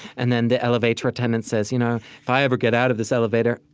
and then the elevator attendant says, you know if i ever get out of this elevator,